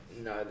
No